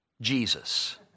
Jesus